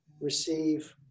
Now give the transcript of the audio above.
receive